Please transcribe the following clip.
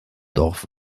dorf